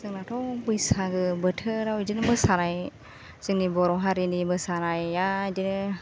जोंनाथ' बैसागो बोथोराव बिदिनो मोसानाय जोंनि बर' हारिनि मोसानाया एदिनो